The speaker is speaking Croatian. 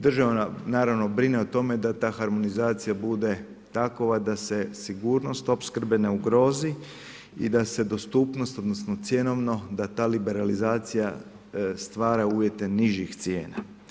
Država, naravno, brine o tome, da ta harmonizacija bude takova, da se sigurnost opskrbe ne ugrozi i da se dostupnost, odnosno, cjenovno, da ta liberalizacija stvara uvjete nižih cijena.